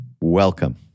welcome